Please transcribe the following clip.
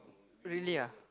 really ah